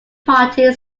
party